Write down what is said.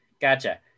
Gotcha